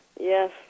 Yes